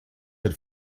had